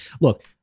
look